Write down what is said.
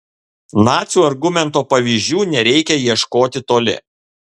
nacių argumento pavyzdžių nereikia ieškoti toli